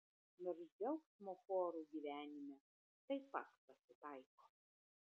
nors džiaugsmo chorų gyvenime taip pat pasitaiko